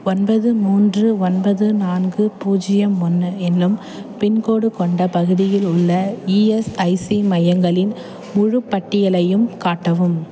ஒன்பது மூன்று ஒன்பது நான்கு பூஜ்ஜியம் ஒன்று என்னும் பின்கோடு கொண்ட பகுதியில் உள்ள இஎஸ்ஐசி மையங்களின் முழுப் பட்டியலையும் காட்டவும்